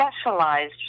specialized